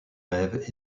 rêves